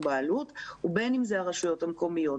בעלות ובין אם זה הרשויות המקומיות.